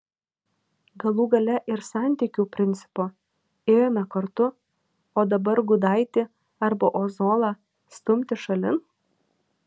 galų gale ir santykių principo ėjome kartu o dabar gudaitį arba ozolą stumti šalin